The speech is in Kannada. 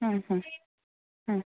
ಹ್ಞೂ ಹ್ಞೂ ಹ್ಞೂ